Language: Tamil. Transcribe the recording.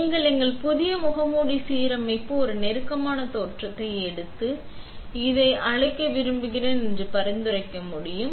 நீங்கள் நபர் எங்கள் புதிய முகமூடி சீரமைப்பு ஒரு நெருக்கமான தோற்றத்தை எடுத்து நீங்கள் இன்று செய்ய அழைக்க விரும்புகிறேன் என்று பரிந்துரைக்க முடியும்